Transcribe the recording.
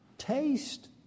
Taste